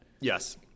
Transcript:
Yes